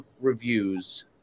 reviews